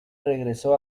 regresó